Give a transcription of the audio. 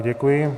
Děkuji.